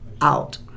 out